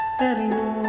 anymore